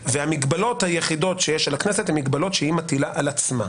והמגבלות היחידות שיש על הכנסת הן המגבלות שהיא מטילה על עצמה,